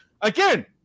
Again